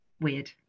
Weird